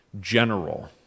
general